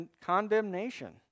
condemnation